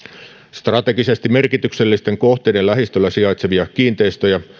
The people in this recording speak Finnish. strategisesti merkityksellisten kohteiden lähistöllä sijaitsevia kiinteistöjä